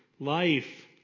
life